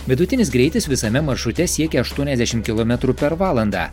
vidutinis greitis visame maršrute siekia aštuoniasdešim kilometrų per valandą